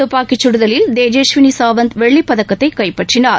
துப்பாக்கிச்சுடுதலில் தேஜேஷ்விளி சாவந்த் வெள்ளிப்பதக்கத்தை கைப்பற்றினார்